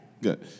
Good